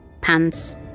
pants